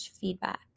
feedback